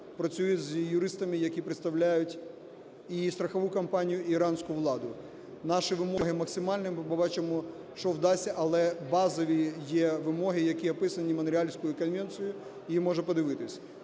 працюють з юристами, які представляють і страхову компанію, і іранську владу. Наші вимоги максимальні. Ми побачимо, що вдасться, але базові є вимоги, які описані Монреальською конвенцією, її можна подивитись.